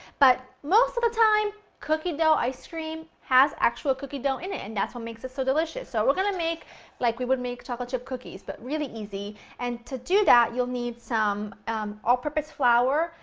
but, most of the time, cookie dough ice cream has actual cookie dough in it, and that's what makes it so delicious. so, we're going to make like we would make chocolate chip cookies, but really easy and to do that, you'll need some all purpose flour,